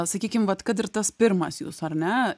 sakykim vat kad ir tas pirmas jūsų ar ne